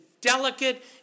delicate